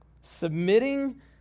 Submitting